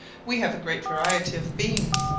we have a great variety of beans,